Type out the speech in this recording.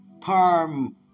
Perm